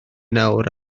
nawr